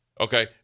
Okay